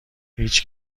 هیچ